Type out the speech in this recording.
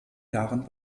jahren